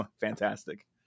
fantastic